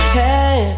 hey